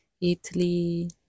Italy